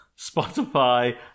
Spotify